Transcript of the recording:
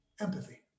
empathy